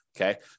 okay